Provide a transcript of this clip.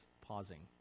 pausing